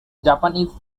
japanese